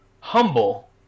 humble